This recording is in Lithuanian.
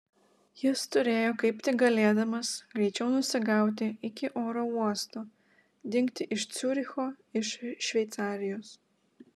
jis turėjo kaip tik galėdamas greičiau nusigauti iki oro uosto dingti iš ciuricho iš šveicarijos